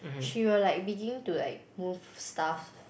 she would like begin to like move stuff